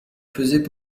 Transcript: faisaient